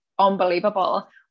unbelievable